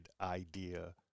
idea